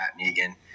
Negan